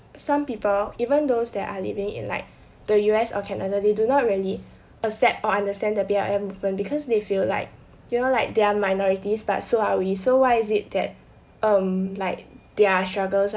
some people even those that are living in like the U_S or canada they do not really accept or understand the B_L_M movement because they feel like you know like they're minorities but so are we so why is it that um like their struggle